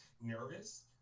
nervous